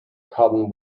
cotton